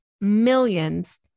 millions